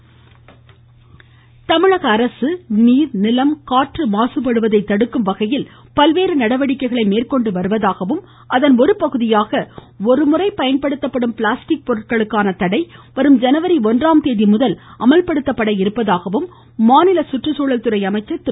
plastic Trichy தமிழக அரசு நீர் நிலம் காற்று மாசுபடுவதை தடுக்கும் வகையில் பல்வேறு நடவடிக்கைகளை மேற்கொண்டு வருவதாகவும் அதன் ஒருபகுதியாக ஒருமுறை பயன்படுத்தப்படும் பிளாஸ்டிக் பொருட்களுக்கான தடை வரும் ஜனவரி ஒன்றாம் தேதி முதல் அமல்படுத்தப்பட உள்ளதாகவும் மாநில சுற்றுச்சூழல் துறை அமைச்சர் திரு